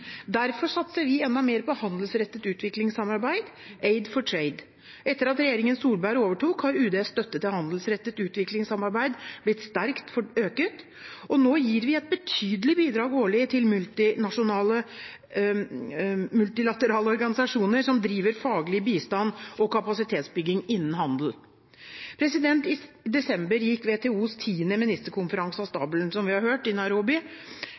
Derfor satser vi enda mer på handelsrettet utviklingssamarbeid – Aid for Trade. Etter at regjeringen Solberg overtok, har UDs støtte til handelsrettet utviklingssamarbeid økt sterkt, og nå gir vi et betydelig bidrag årlig til multilaterale organisasjoner som driver faglig bistand og kapasitetsbygging innen handel. I desember gikk WTOs 10. ministerkonferanse av stabelen, som vi har hørt, i